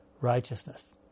righteousness